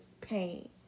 pain